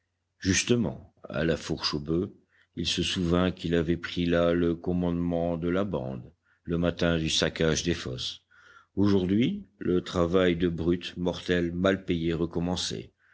justement à la fourche aux boeufs il se souvint qu'il avait pris là le commandement de la bande le matin du saccage des fosses aujourd'hui le travail de brute mortel mal payé